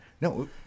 No